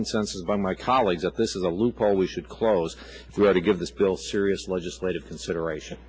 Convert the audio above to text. consensus by my colleagues at this is a loophole we should close to give this bill serious legislative consideration